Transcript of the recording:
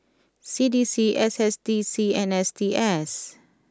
C D C S S D C and S T S